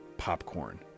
Popcorn